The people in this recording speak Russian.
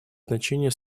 значение